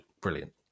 Brilliant